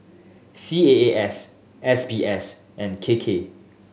C A A S S B S and K K